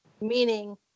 meaning